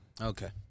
Okay